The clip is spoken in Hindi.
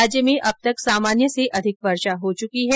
राज्य में अब तक सामान्य से अधिक वर्षा हो चूकी है